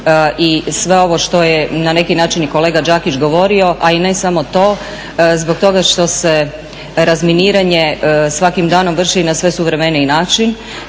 i sve ovo što je na neki način i kolega Đakić govori, a i ne samo to, zbog toga što se razminiranje svakim danom vrši na sve suvremeniji način